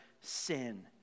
sin